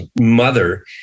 mother